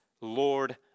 Lord